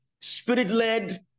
spirit-led